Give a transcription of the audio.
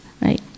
right